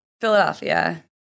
Philadelphia